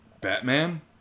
Batman